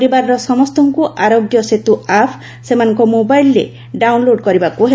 ପରିବାରର ସମସ୍ତଭ୍କୁ ଆରୋଗ୍ୟ ସେତୁ ଆପ୍ ସେମାନଙ୍କ ମୋବାଇଲରେ ଡାଉନ୍ଲୋଡ଼ କରିବାକୁ ହେବ